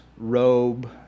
robe